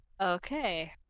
Okay